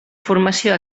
formació